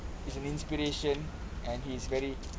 it's an inspiration and he is very